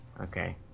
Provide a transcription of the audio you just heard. Okay